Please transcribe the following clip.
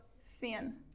sin